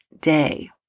day